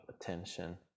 attention